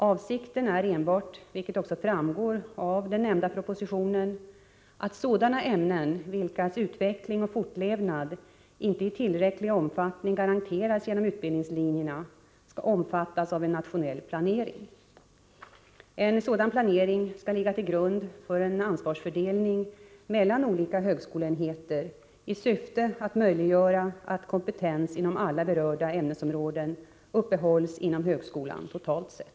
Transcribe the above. Avsikten är enbart, vilket också framgår av den nämnda propositionen, att sådana ämnen vilkas utveckling och fortlevnad inte i tillräcklig omfattning garanteras genom utbildningslinjerna skall omfattas av en nationell planering. En sådan planering skall ligga till grund för en ansvarsfördelning mellan olika högskoleenheter i syfte att möjliggöra att kompetens inom alla berörda ämnesområden uppehålls inom högskolan totalt sett.